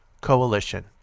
Coalition